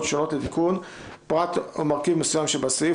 שונות לתיקון פרט או מרכיב מסוים שבסעיף,